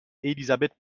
elisabeth